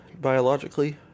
biologically